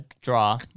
draw